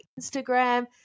Instagram